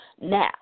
now